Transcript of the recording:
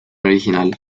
original